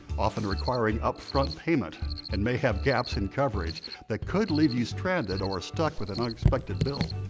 often requiring up-front payment and may have gaps in coverage that could leave you stranded or stuck with an unexpected bill.